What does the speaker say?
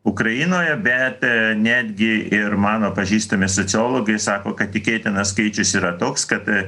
ukrainoje bet netgi ir mano pažįstami sociologai sako kad tikėtina skaičius yra toks kad